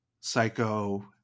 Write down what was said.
psycho